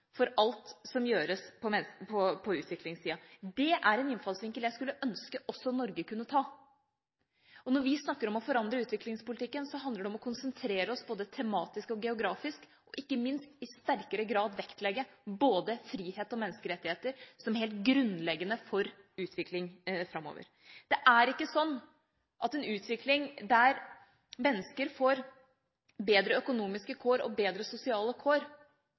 gjøres på utviklingssiden. Det er en innfallsvinkel jeg skulle ønske også Norge kunne ha. Når vi snakker om å forandre utviklingspolitikken, handler det om å konsentrere seg både tematisk og geografisk og ikke minst i sterkere grad å vektlegge både frihet og menneskerettigheter som helt grunnleggende for utviklingen framover. Det er ikke slik at en utvikling der mennesker får bedre økonomiske kår og bedre sosiale kår